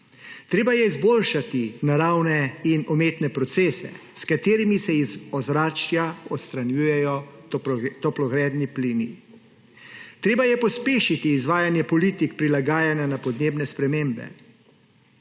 treba je izboljšati naravne in umetne procese, s katerimi se iz ozračja odstranjujejo toplogredni plini; treba je pospešiti izvajanje politik prilagajanja na podnebne spremembe;